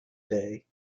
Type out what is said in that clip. day